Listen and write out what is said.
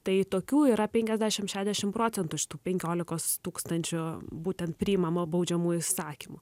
tai tokių yra penkiasdešim šešiasdešim procentų iš tų penkiolikos tūkstančių būtent priimama baudžiamuoju įsakymu